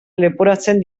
leporatzen